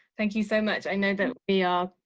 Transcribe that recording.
thank you so much. i know that we are,